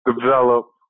develop